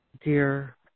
dear